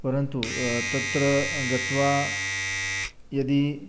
परन्तु तत्र गत्वा यदि